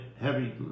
heavy